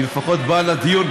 היא לפחות באה לדיון,